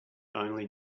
only